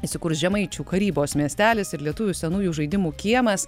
įsikurs žemaičių karybos miestelis ir lietuvių senųjų žaidimų kiemas